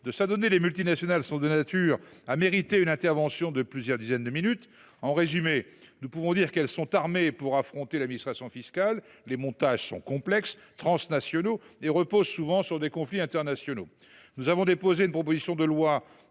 de s’adonner les multinationales mériterait une intervention de plusieurs dizaines de minutes. En résumé, nous pouvons dire que ces firmes sont armées pour affronter l’administration fiscale. Les montages sont complexes, transnationaux et reposent souvent sur des conflits internationaux. Nous venons de déposer une proposition de loi